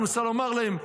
הוא ניסה לומר להם,